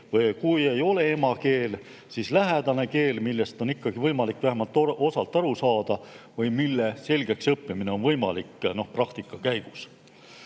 või kui ei ole emakeel, siis lähedane keel, millest on võimalik vähemalt osaliselt aru saada või mille selgeks õppimine on võimalik praktika käigus.